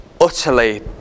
utterly